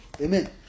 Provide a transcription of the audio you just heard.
Amen